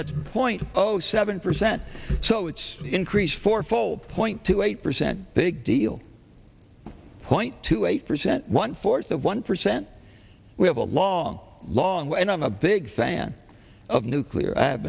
that's point zero seven percent so it's increased fourfold point two eight percent big deal point two eight percent one fourth of one percent we have a long long way and i'm a big fan of nuclear i